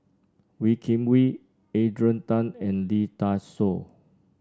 Wee Kim Wee Adrian Tan and Lee Dai Soh